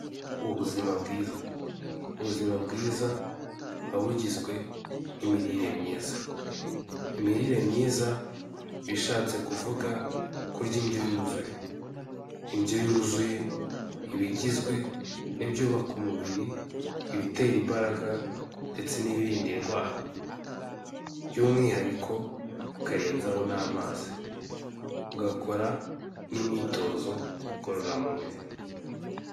Ubuzima bwiza. Ubuzima bwiza, buba bugizwe n'imirire myiza. Imirire myiza, iba ishatse kuvuga, kurya indyo yuzuye. Indyo yuzuye, iba igizwe n'ibyubaka umubiri, ibitera imbaraga ndetse n'ibirinda indwara. By'umwihariko, ukarenzaho n'amazi. Ugakora n'imyitozo ngororamubiri.